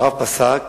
הרב פסק